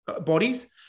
bodies